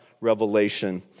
revelation